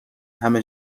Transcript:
همه